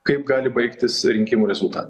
kaip gali baigtis rinkimų rezultatai